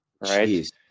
right